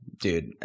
dude